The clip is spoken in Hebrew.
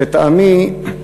לטעמי,